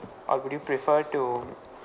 or would you prefer to